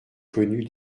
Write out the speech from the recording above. connu